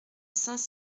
sainte